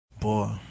boy